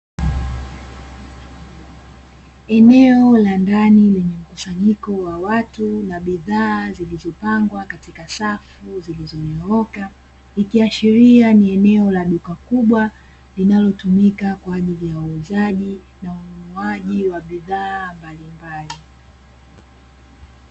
Eneo la ndani lenye mkusanyiko wa watu na bidhaa zimepangwa katika safu zikiwa ikiashiria ni eneo la duka kubwa linalotumika kwajili ya huuzaji na ununuaji wa bidhaa mbalimbali.